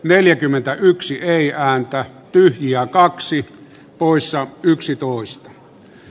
tästä syystä hallitus ei nauti eduskunnan luottamusta